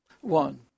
one